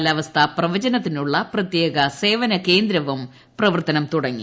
കാലാവസ്ഥാ പ്രവചനത്തിനുള്ള പ്രത്യേക സേവന കേന്ദ്രവും പ്രവർത്തനം തുടങ്ങി